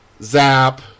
zap